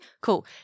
Cool